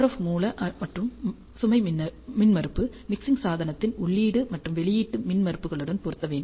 RF மூல மற்றும் சுமை மின்மறுப்பு மிக்சங் சாதனத்தின் உள்ளீடு மற்றும் வெளியீட்டு மின்மறுப்புகளுடன் பொருந்த வேண்டும்